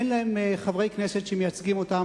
אין להם חברי כנסת שמייצגים אותם,